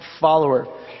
follower